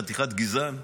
יא חתיכת גזען?